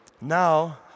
Now